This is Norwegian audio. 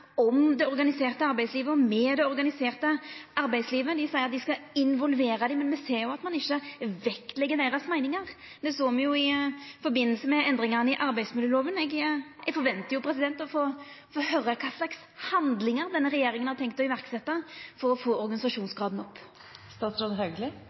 om det organiserte arbeidslivet og med det organiserte arbeidslivet, dei seier at dei skal involvera dei, men me ser jo at ein ikkje vektlegg deira meiningar. Det såg me i samband med endringane i arbeidsmiljøloven. Eg ventar å få høyra kva slags handlingar denne regjeringa har tenkt å setja i verk for å få